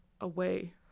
away